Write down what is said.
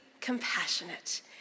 compassionate